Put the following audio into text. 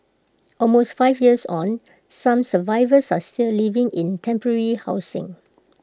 almost five years on some survivors are still living in temporary housing